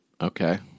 Okay